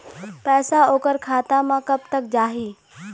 पैसा ओकर खाता म कब तक जाही?